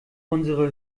unsere